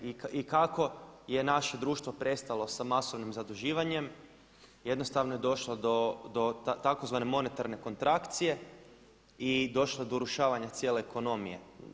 I kako je naše društvo prestalo sa masovnim zaduživanjem, jednostavno je došlo do tzv. monetarne kontrakcije i došlo je do urušavanja cijele ekonomije.